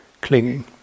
clinging